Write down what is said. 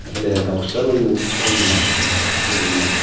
घिलाया गावस्रा लायोमोन गावनायानो गेलेनाया